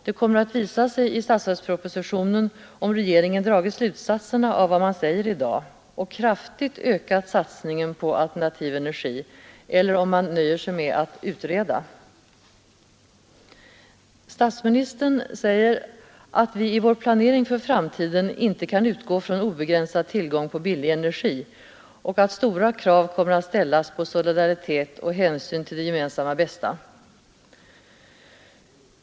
Det kommer att visa sig i statsverkspropositionen om regeringen har dragit slutsatserna av vad man säger i dag och kraftigt ökat satsningen på alternativ energi, eller om man nöjer sig med att utreda. Statsministern säger att vi i vår planering för framtiden inte kan utgå från obegränsad tillgång på billig energi och att stora krav kommer att ställas på solidaritet och hänsyn till det gemensamma bästa.